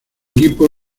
equipo